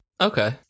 Okay